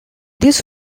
this